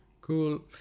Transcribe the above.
Cool